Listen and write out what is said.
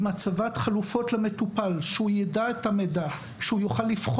עם הצבת חלופות למטופל שיוכל לבחור,